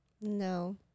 No